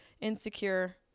insecure